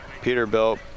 Peterbilt